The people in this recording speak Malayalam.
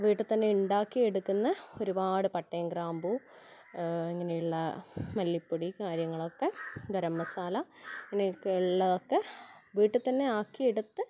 വീട്ടിൽ തന്നെ ഉണ്ടാക്കി എടുക്കുന്ന ഒരുപാട് പട്ടയും ഗ്രാമ്പു ഇങ്ങനെ ഉള്ള മല്ലിപ്പൊടി കാര്യങ്ങളൊക്കെ ഗരം മസാല ഇങ്ങനെയൊക്കെ ഉള്ളതൊക്കെ വീട്ടിൽ തന്നെ ആക്കിയെടുത്ത്